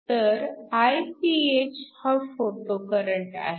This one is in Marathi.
तर Iph हा फोटो करंट आहे